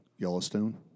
Yellowstone